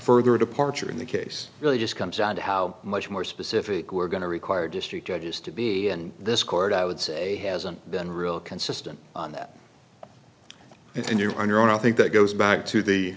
further a departure in the case really just comes down to how much more specific we're going to require district judges to be and this court i would say hasn't been real consistent on that and you're on your own i think that goes back to the